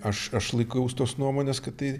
aš aš laikaus tos nuomonės kad tai